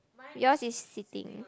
yours is sitting